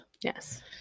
Yes